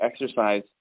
exercise